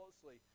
closely